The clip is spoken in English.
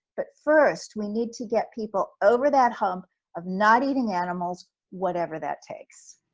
but first, we need to get people over that hump of not eating animals, whatever that takes.